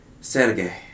Sergei